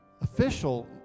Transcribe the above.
official